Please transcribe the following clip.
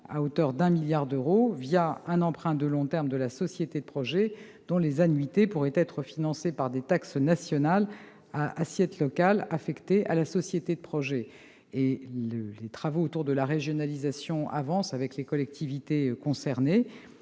à hauteur de 1 milliard d'euros, un emprunt de long terme de la société de projet, dont les annuités pourraient être financées par des taxes nationales à assiette locale affectées à la société de projet. Les travaux autour de la régionalisation avancent avec les collectivités concernées.